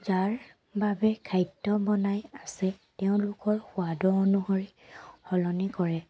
যাৰ বাবে খাদ্য বনায় আছে তেওঁলোকৰ সোৱাদৰ অনুসৰি সলনি কৰে